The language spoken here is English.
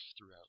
throughout